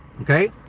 Okay